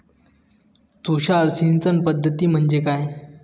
तुषार सिंचन पद्धती म्हणजे काय?